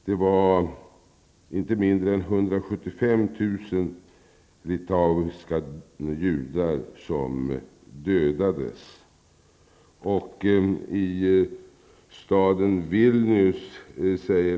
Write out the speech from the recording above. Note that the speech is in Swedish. Det var inte mindre än 175 000 litauiska judar som dödades.